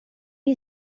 you